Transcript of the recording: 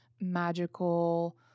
magical